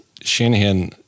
Shanahan